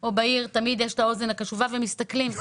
או בעיר תמיד יש את האוזן הקשובה ומסתכלים.